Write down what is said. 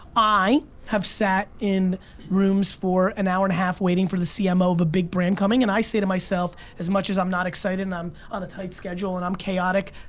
i have sat in rooms for an hour and a half waiting for the cmo of a big brand coming and i say to myself, as much as i'm not excited and i'm on a tight schedule and i'm chaotic,